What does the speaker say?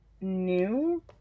new